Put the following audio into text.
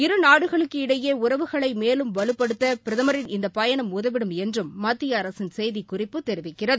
இரு நாடுகளுக்கிடையே உறவுகளை மேலும் வலுப்படுத்த பிரதமரின் இந்த பயணம் உதவிடும் என்றும் மத்திய அரசின் செய்திக் குறிப்பு தெரிவிக்கிறது